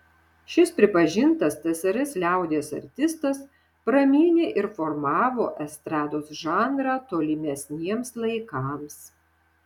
šis pripažintas tsrs liaudies artistas pramynė ir formavo estrados žanrą tolimesniems laikams